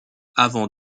avant